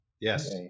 Yes